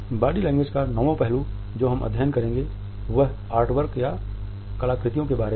body language का नौवां पहलू जो हम अध्ययन करेंगे वह आर्टवर्क या कलाकृतियों के बारे में है